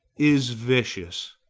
is vicious.